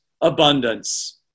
abundance